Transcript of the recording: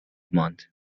ماند